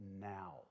now